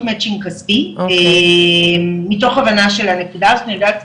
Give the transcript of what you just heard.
מצ'ינג כספי מתוך הבנה של הנקודה הזאת,